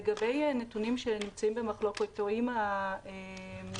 לגבי נתונים שנמצאים במחלוקת או במקרה